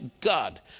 God